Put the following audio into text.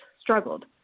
struggled